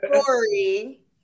story